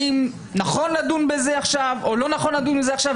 האם נכון לדון בזה או לא נכון לדון בזה עכשיו,